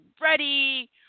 ready